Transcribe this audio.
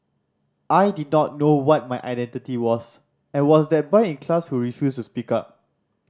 I did not know what my identity was and was that boy in class who refused to speak up